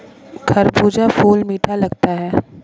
खरबूजा फल मीठा लगता है